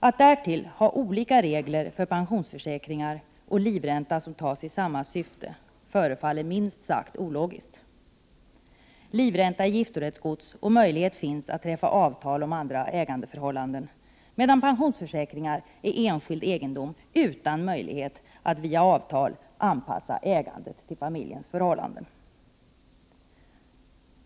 Att därtill ha olika regler för pensionsförsäkring och livränta som tas i samma syfte förefaller minst sagt ologiskt. Livränta är giftorättsgods och möjlighet finns att träffa avtal om andra ägandeförhållanden, medan pensionsförsäkringar är enskild egendom utan möjlighet att via avtal anpassa ägandet till familjens förhållanden.